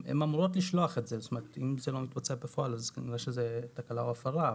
אם זה לא מתבצע בפועל אז כנראה שזו תקלה או הפרה.